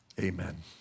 amen